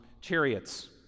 chariots